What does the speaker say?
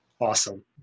Awesome